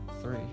three